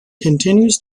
continues